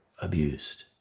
abused